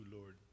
Lord